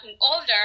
older